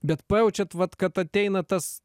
bet pajaučiat vat kad ateina tas